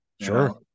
Sure